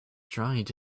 dried